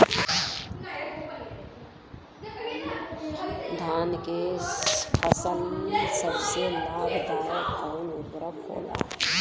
धान के फसल में सबसे लाभ दायक कवन उर्वरक होला?